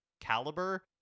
caliber